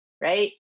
right